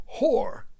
whore